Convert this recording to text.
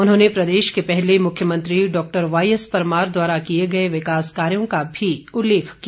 उन्होंने प्रदेश के पहले मुख्यमंत्री डॉक्टर वाई एस परमार द्वारा किए गए विकास कार्यों का भी उल्लेख किया